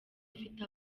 ufite